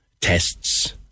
tests